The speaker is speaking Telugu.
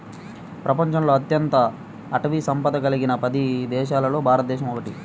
ప్రపంచంలో అత్యంత అటవీ సంపద కలిగిన పది దేశాలలో భారతదేశం ఒకటి